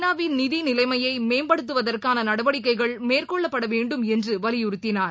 நாவின் நிதி நிலைமையை மேம்படுத்துவதற்கான நடவடிக்கைகள் மேற்கொள்ளப்பட வேண்டும் என்று வலியுறுத்தியுள்ளார்